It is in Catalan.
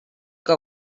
que